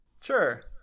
Sure